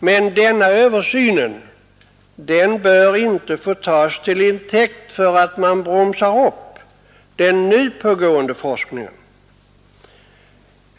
Men denna översyn bör inte få tas till intäkt för att bromsa upp den nu pågående forskningen.